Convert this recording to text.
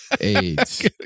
AIDS